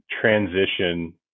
transition